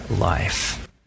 life